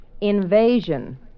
Invasion